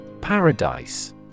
Paradise